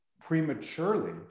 prematurely